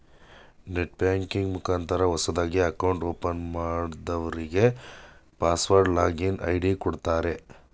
net banking ಮುಖಾಂತರ ಹೊಸದಾಗಿ account open ಮಾಡದವ್ರಗೆ ಪಾಸ್ವರ್ಡ್ ಲಾಗಿನ್ ಐ.ಡಿ ಕೊಡುತ್ತಾರೆ